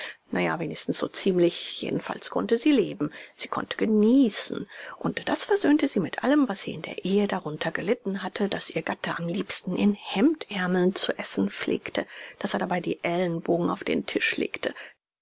ja wenigstens so ziemlich jedenfalls konnte sie leben sie konnte genießen und das versöhnte sie mit allem was sie in der ehe darunter gelitten hatte daß ihr gatte am liebsten in hemdärmeln zu essen pflegte daß er dabei die ellenbogen auf den tisch legte